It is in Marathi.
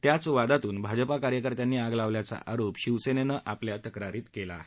त्याच वादातून भाजपा कार्यकर्त्यांनी आग लावल्याचा आरोप शिवसेनेनं आपल्या तक्रारीत केला आहे